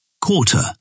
Quarter